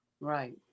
Right